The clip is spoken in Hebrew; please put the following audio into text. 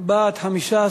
הכנסה (תיקון,